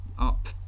up